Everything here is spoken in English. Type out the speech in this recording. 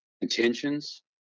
intentions